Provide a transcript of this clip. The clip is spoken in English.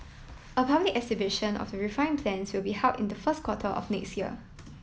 a public exhibition of the refine plans will be held in the first quarter of next year